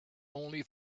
only